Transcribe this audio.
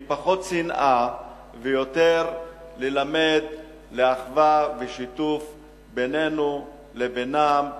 עם פחות שנאה ויותר ללמד לאחווה ושיתוף בינינו לבינם,